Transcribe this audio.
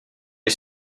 est